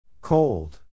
Cold